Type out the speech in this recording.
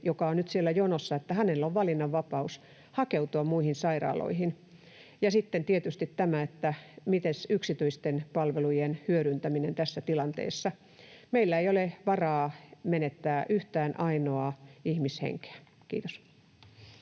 joka on nyt siellä jonossa, että hänellä on valinnanvapaus hakeutua muihin sairaaloihin. Ja sitten on tietysti tämä, miten on yksityisten palvelujen hyödyntäminen tässä tilanteessa. Meillä ei ole varaa menettää yhtään ainoaa ihmishenkeä. — Kiitos.